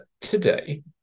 today